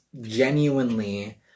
genuinely